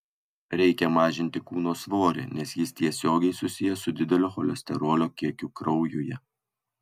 reikia mažinti kūno svorį nes jis tiesiogiai susijęs su dideliu cholesterolio kiekiu kraujuje